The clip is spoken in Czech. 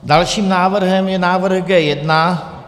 Dalším návrhem je návrh G1.